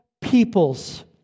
peoples